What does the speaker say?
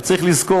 וצריך לזכור,